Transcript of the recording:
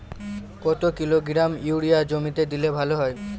কত kilogram urea জমিতে দিলে ভালো হয়?